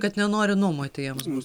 kad nenori nuomoti jiems būs